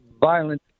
violent